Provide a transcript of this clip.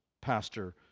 pastor